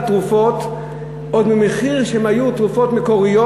תרופות עוד את המחיר שהיה כשהן היו תרופות מקוריות.